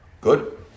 Good